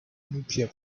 nuclear